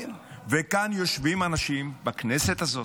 וכאן יושבים אנשים, בכנסת הזאת,